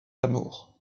l’amour